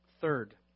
Third